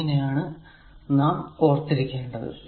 ഇങ്ങനെ ആണ് നാം ഓർത്തിരിക്കേണ്ടത്